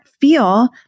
feel